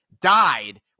died